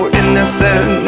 innocent